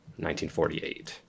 1948